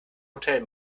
hotel